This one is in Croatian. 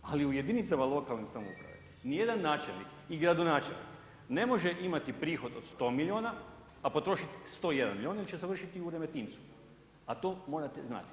Ali u jedinicama lokalne samouprave ni jedan načelnik ni gradonačelnik ne može imati prohod od 100 milijuna a potrošiti 101 milijun jer će završiti u Remetincu, a to morate znati.